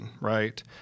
right